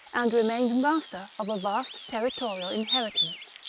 and re mained master of a vast territorial inheritance,